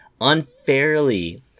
unfairly